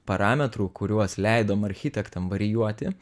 parametrų kuriuos leidom architektam varijuoti